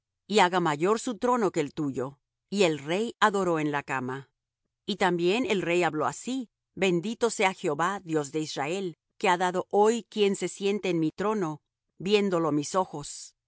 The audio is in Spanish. y haga mayor su trono que el tuyo y el rey adoró en la cama y también el rey habló así bendito sea jehová dios de israel que ha dado hoy quien se siente en mi trono viéndolo mis ojos